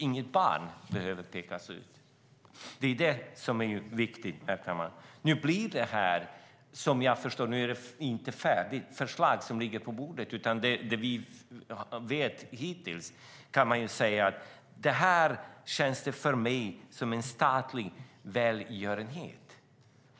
Inget barn ska behöva pekas ut. Det är det som är viktigt, herr talman. Vad jag förstår är inte detta något färdigt förslag som ligger på bordet, men av det vi vet hittills kan jag säga att detta för mig känns som en statlig välgörenhet.